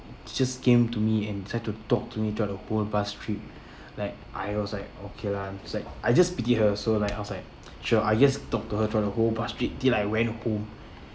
just came to me and try to talk to me throughout the whole bus trip like I was like okay lah it's like I just pity her so like I was like sure I just talk to her for the whole bus trip till I went home